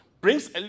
brings